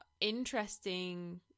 interesting